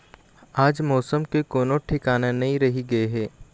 आज मउसम के कोनो ठिकाना नइ रहि गे हे